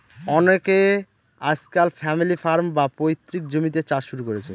অনকে আজকাল family farm, বা পৈতৃক জমিতে চাষ শুরু করেছে